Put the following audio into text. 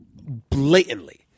blatantly